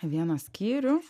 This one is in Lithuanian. vieną skyrių